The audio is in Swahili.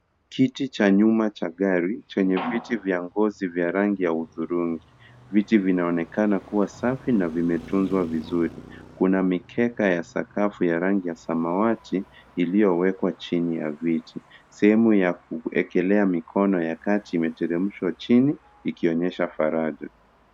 Kiti cha nyuma cha gari chenye viti vya ngozi vya rangi ya hudhurungi. Viti vinaonekana kuwa safi na vimetunzwa vizuri. Kuna mikeka ya sakafu ya rangi ya samawati iliyowekwa chini ya viti. Sehemu ya kuekelea mikono ya kati imeteremshwa chini ikionyesha faraja.